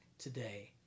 today